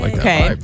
okay